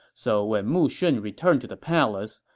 so when mu shun returned to the palace,